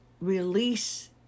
release